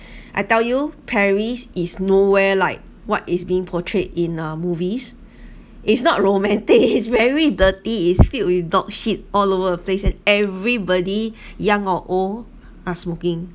I tell you paris is nowhere like what is being portrayed in a movies it's not romantic is very dirty is filled with dog shit all over the place and everybody young or old are smoking